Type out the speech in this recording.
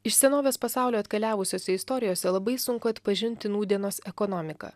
iš senovės pasaulio atkeliavusiose istorijose labai sunku atpažinti nūdienos ekonomiką